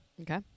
Okay